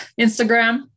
Instagram